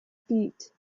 feet